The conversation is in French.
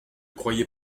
croyez